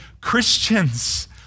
Christians